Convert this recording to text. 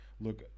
look